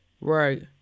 Right